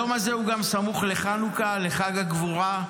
היום הזה הוא גם סמוך לחנוכה, לחג הגבורה,